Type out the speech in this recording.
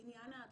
לעניין ההדרכות,